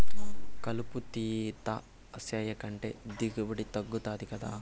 కలుపు తీత సేయకంటే దిగుబడి తగ్గుతది గదా